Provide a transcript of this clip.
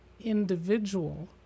individual